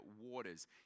waters